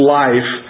life